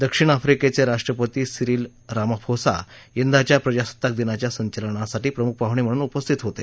दक्षिण आफ्रीकेचे राष्ट्रपती सिरिल रामाफोसा यंदाच्या प्रजासत्ताक दिनाच्या संचलनासाठी प्रमुख पाहुणे म्हणून उपस्थित होते